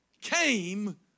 came